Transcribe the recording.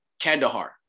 Kandahar